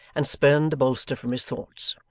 and spurned the bolster from his thoughts.